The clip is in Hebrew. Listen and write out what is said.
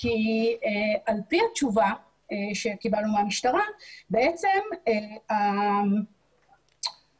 כי על פי התשובה שקיבלנו מהמשטרה בעצם הפקודה